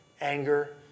anger